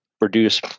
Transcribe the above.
reduce